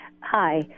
Hi